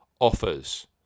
offers